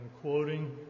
quoting